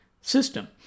system